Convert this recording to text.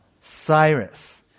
Cyrus